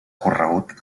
corregut